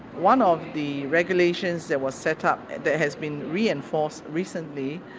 one of the regulations that was set up, that has been reinforced recently,